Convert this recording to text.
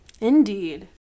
Indeed